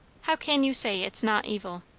how can you say it's not evil?